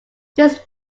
this